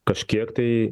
kažkiek tai